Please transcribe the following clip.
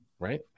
Right